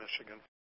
Michigan